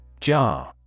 Jar